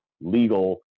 legal